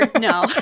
No